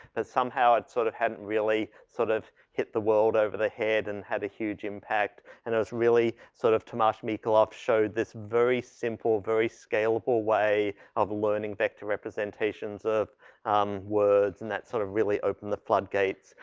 that somehow it's sort of hadn't really sort of hit the world over their head and had a huge impact and has really sort of thomas mikolov showed this very simple, very scalable way of learning vector representations of um words and that sort of really opened the flood gates.